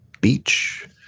beach